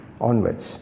Onwards